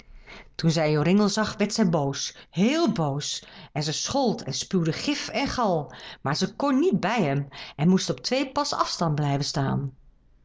toen zij joringel zag werd zij boos heel boos en ze schold en spuwde gif en gal maar ze kon niet bij hem en moest op twee pas afstand blijven staan